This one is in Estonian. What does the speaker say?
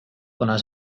kuna